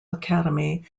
academy